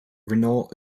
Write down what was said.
renault